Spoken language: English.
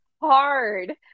hard